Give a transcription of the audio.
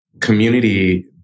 community